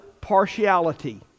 partiality